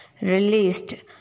released